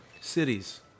Cities